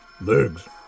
Legs